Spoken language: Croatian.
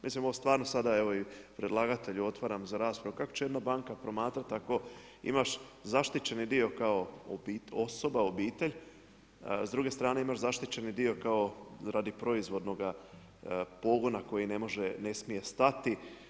Mislim ovo stvarno sada evo i predlagatelju otvaram za raspravu, kako će jedna banka promatrat ako imaš zaštićeni dio kao osoba, obitelj s druge strane imaš zaštićeni dio radi proizvodnoga pogona koji ne može, ne smije stati.